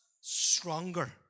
stronger